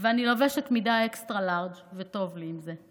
ואני לובשת מידה אקסטרה לארג' וטוב לי עם זה.